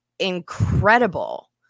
incredible